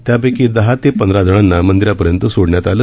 त्यापैकी दहा ते पंधरा जणांना मंदिरापर्यंत सोडण्यात आलं